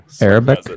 Arabic